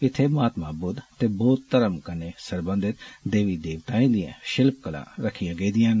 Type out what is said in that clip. इत्थै महातम ते बौद्व धर्म कन्नै सरबंधित देवी देवताएं दियां षिल्पकलां रक्खिया गेदियां न